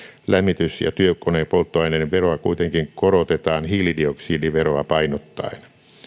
lämmitys ja työkonepolttoaineiden veroa kuitenkin korotetaan hiilidioksidiveroa painottaen